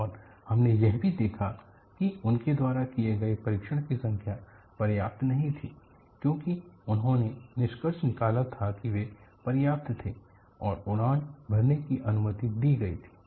और हमने यह भी देखा कि उनके द्वारा किए गए परीक्षण की संख्या पर्याप्त नहीं थी हालांकि उन्होंने निष्कर्ष निकाला था कि वे पर्याप्त थे और उड़ान भरने की अनुमति दी गई थी